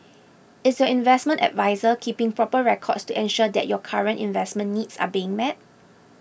is your investment adviser keeping proper records to ensure that your current investment needs are being met